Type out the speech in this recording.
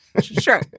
Sure